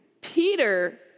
Peter